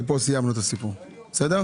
ופה סיימנו את הסיפור בסדר?